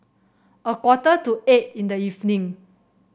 a quarter to eight in the evening